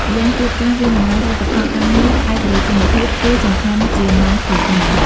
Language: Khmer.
ម៉្យាងទៀត ការវាយតម្លៃលទ្ធផលការងារផ្អែកលើគុណភាព គឺសំខាន់ជាងម៉ោងធ្វើការ។